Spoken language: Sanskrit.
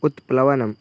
उत्प्लवनम्